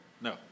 No